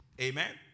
Amen